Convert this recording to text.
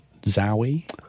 zowie